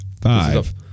five